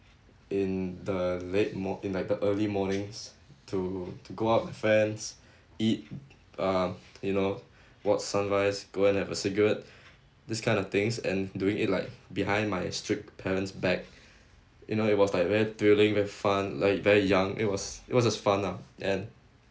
in the late mor~ in like the early mornings to to go out with friends eat uh you know watch sunrise go and have a cigarette this kind of things and doing it like behind my strict parents back you know it was like very thrilling very fun like very young it was it was just fun lah and